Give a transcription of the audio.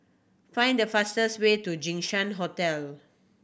find the fastest way to Jinshan Hotel